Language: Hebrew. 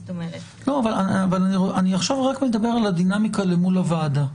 לא, אני עכשיו מדבר רק על הדינמיקה למול הוועדה.